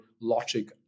logic